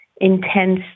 intense